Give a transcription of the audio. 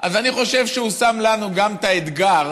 אז אני חושב שהוא שם לנו גם את האתגר